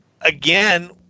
again